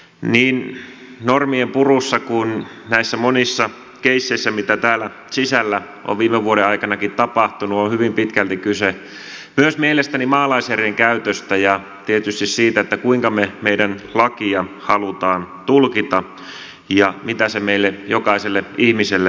niin normien purussa kuin näissä monissa keisseissä mitä täällä sisällä on viime vuoden aikanakin tapahtunut on hyvin pitkälti kyse myös mielestäni maalaisjärjen käytöstä ja tietysti siitä kuinka me meidän lakiamme haluamme tulkita ja mitä se meille jokaiselle ihmiselle vaikuttaa